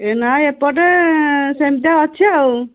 ଏ ନା ଏପଟେ ସେମିତିଆ ଅଛି ଆଉ